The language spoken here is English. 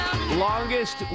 Longest